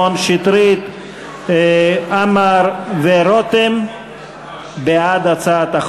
נושאי המשרה ובעלי תפקיד אחרים בשירות הציבורי בצעדים